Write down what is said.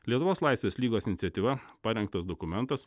lietuvos laisvės lygos iniciatyva parengtas dokumentas